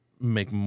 make